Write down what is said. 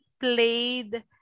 played